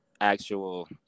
actual